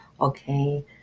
okay